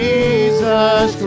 Jesus